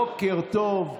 בוקר טוב.